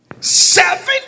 Seven